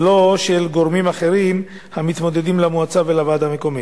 ולא של גורמים אחרים המתמודדים למועצה ולוועד המקומי.